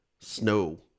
snow